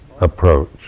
approach